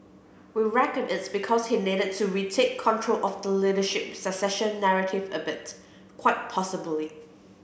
we reckon it's because he needed to retake control of the leadership succession narrative a bit quite possibly